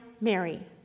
Mary